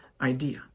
idea